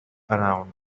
around